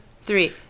three